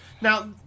Now